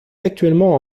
actuellement